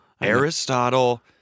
Aristotle